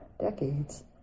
decades